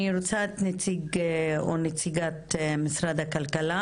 אני רוצה את נציג או נציגת משרד הכלכלה.